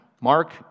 Mark